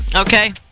okay